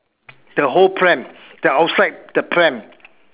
the whole pram the outside the pram